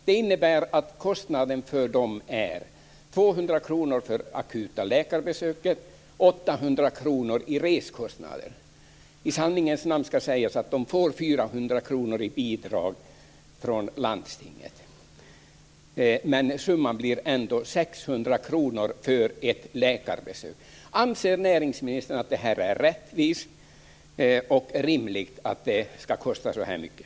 Det innebär att kostnaden för dem är 200 kr för akuta läkarbesök och I sanningens namn ska sägas att man får 400 kr i bidrag från landstinget. Men summan blir ändå 600 kr för ett läkarbesök. Anser näringsministern att det är rättvist och rimligt att det ska kosta så här mycket?